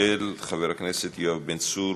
מס' 4497, של חבר הכנסת יואב בן צור.